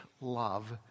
love